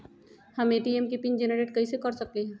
हम ए.टी.एम के pin generate कईसे कर सकली ह?